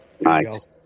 nice